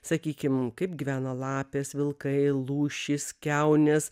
sakykim kaip gyvena lapės vilkai lūšys kiaunės